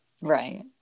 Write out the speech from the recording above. Right